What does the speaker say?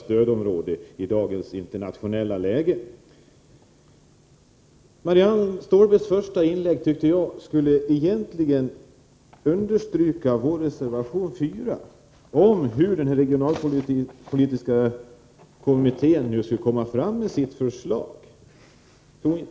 Jag uppfattade det så, att Marianne Stålberg i sitt första inlägg avsåg att uppehålla sig vid reservation 4. Vad det gäller är den regionalpolitiska kommittén och det förslag som den skall lägga fram.